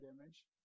image